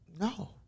No